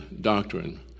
doctrine